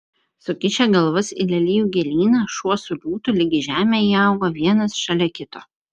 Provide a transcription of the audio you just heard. sukišę galvas į lelijų gėlyną šuo su liūtu lyg į žemę įaugo vienas šalia kito